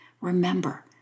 remember